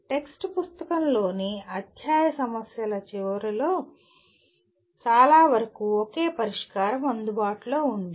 text పుస్తకంలోని అధ్యాయ సమస్యల చివరలో చాలా వరకు ఒకే పరిష్కారం అందుబాటులో ఉంది